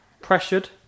Pressured